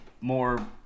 more